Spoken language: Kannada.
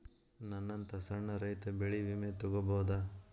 ನನ್ನಂತಾ ಸಣ್ಣ ರೈತ ಬೆಳಿ ವಿಮೆ ತೊಗೊಬೋದ?